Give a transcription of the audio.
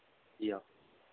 जी हाँ